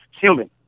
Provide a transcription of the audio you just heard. human